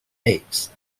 eggs